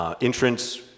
entrance